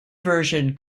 version